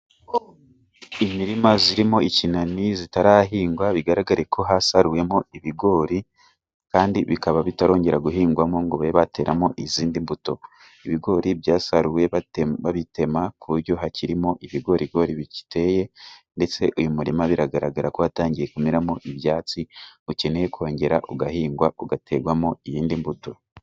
Imirima irimo ikinani itarahingwa, bigaragare ko hasaruwemo ibigori ,kandi bikaba bitarongera guhingwamo ngo babe bateremo izindi mbuto. Ibigori byasaruye babitema ku buryo hakirimo ibigorigori bigiteye ,ndetse uyu murima biragaragara ko watangiye kumeramo ibyatsi, ukeneye kongera ugahingwa ugaterwamo iyindi mbuto.